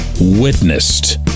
witnessed